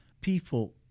people